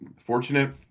fortunate